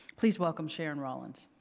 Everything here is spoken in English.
please welcome, sharon rawlins.